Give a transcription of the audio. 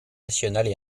nationales